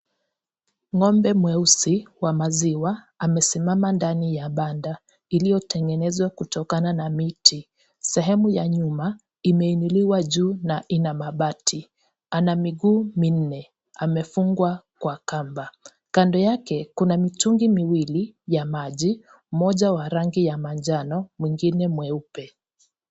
Ng'ombe mweusi wa maziwa amesimama ndani ya banda iliyotengenezwa kutokana na miti, sehemu ya nyuma imeinuliwa juu na ina mabati ana migu minne amefungwa kwa kamba. Kando yake kuna mitungi miwili ya maji, moja ya rangi ya njano na mwingine mweupe.